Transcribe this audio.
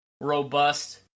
robust